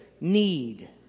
need